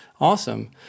Awesome